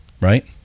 right